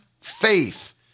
faith